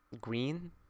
green